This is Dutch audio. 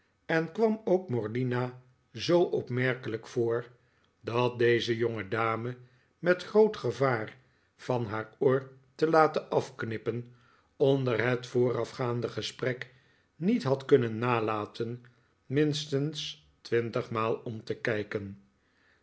en kwam ook morlina zoo opmerkelijk voor dat deze jongedame met groot gevaar van haar oor te laten afknippen onder het voorafgaande gesprek niet had kunnen nalaten minstens twintigmaal om te kijken